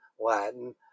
Latin